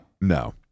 no